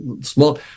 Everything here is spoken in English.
small